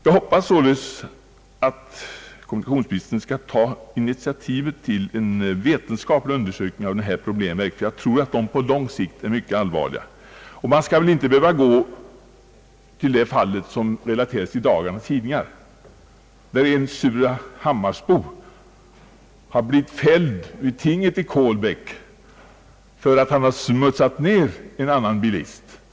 Jag hoppas således att kommunikationsministern skall ta initiativ till en vetenskaplig undersökning av dessa problem. Jag tror att de på sikt är mycket allvarliga. I dagens tidningar omtalas att en surahammarsbo har blivit fälld vid tinget i Kolbäck för att han smutsat ned en annan bilist.